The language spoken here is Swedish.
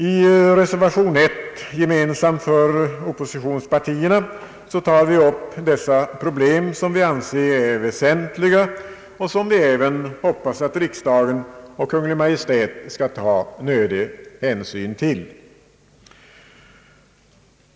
I reservation 1, gemensam för oppositionspartierna, tar vi upp dessa problem, som vi anser vara väsentliga och som vi även hoppas att riksdagen och Kungl. Maj:t skall ta nödig hänsyn till.